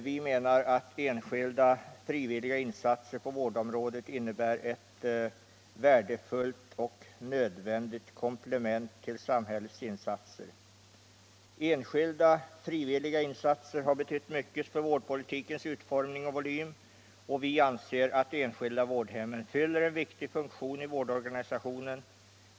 Vi menar att enskilda frivilliga insatser på vårdområdet innebär ett värdefullt och nödvändigt komplement till samhällets insatser. Enskilda frivilliga insatser har betytt mycket för vårdens utformning och volym, och vi anser att de enskilda vårdhemmen fyller en viktig funktion i vårdorganisationen.